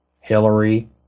Hillary